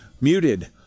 muted